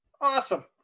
Awesome